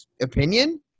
opinion